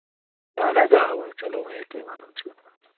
اَہن حظ آ وۄنۍ چلو وۄنۍ یہِ تُہۍ وَنَن چھُو